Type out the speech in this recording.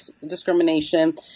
discrimination